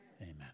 Amen